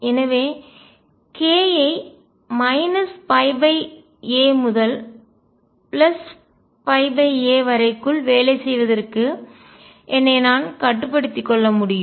எனவே k ஐ a முதல் a வரை க்குள் வேலை செய்வதற்கு என்னை நான் கட்டுப்படுத்திக் கொள்ள முடியும்